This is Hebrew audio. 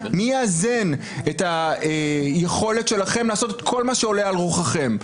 מי יאזן את היכולת שלכם לעשות כל מה שעולה על רוחכם?